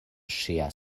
ŝia